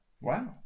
Wow